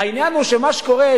העניין הוא שמה שקורה,